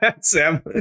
Sam